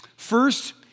First